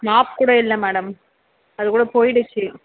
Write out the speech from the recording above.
mop கூட இல்லை madam அது கூட போயிடிச்சு